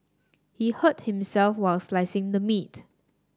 he hurt himself while slicing the meat